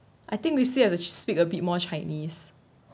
I think we still have to psh~ speak a bit more chinese